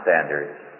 standards